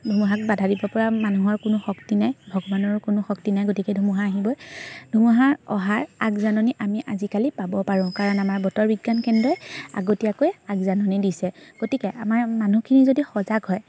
ধুমুহাক বাধা দিবপৰা মানুহৰ কোনো শক্তি নাই ভগৱানৰো কোনো শক্তি নাই গতিকে ধুমুহা আহিবই ধুমুহাৰ অহাৰ আগজাননি আমি আজিকালি পাব পাৰোঁ কাৰণ আমাৰ বতৰ বিজ্ঞান কেন্দ্ৰই আগতীয়াকৈ আগজাননি দিছে গতিকে আমাৰ মানুহখিনি যদি সজাগ হয়